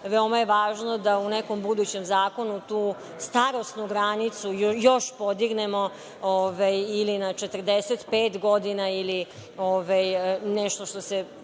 veoma je važno da u nekom budućem zakonu tu starosnu granicu još podignemo ili na 45 godina ili nešto što se